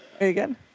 again